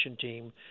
team